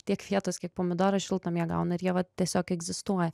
tiek vietos kiek pomidorai šiltnamyje gauna ir jie vat tiesiog egzistuoja